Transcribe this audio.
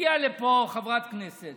הגיעה לפה חברת כנסת